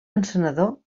encenedor